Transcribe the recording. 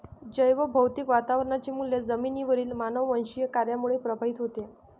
जैवभौतिक वातावरणाचे मूल्य जमिनीवरील मानववंशीय कार्यामुळे प्रभावित होते